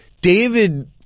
David